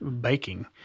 baking